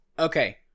Okay